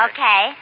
Okay